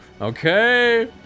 okay